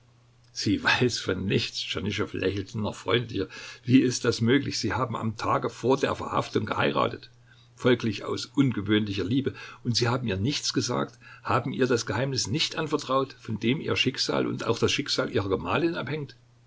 sie weiß von nichts tschernyschow lächelte noch freundlicher wie ist das möglich sie haben am tage vor der verhaftung geheiratet folglich aus ungewöhnlicher liebe und sie haben ihr nichts gesagt haben ihr das geheimnis nicht anvertraut von dem ihr schicksal und auch das schicksal ihrer gemahlin abhängt